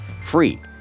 free